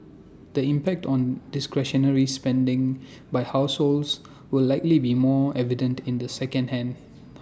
the impact on discretionary spending by households will likely be more evident in the second hand